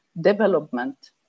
development